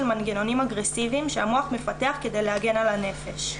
מנגנונים אגרסיביים שהמוח מפתח כדי להגן על הנפש.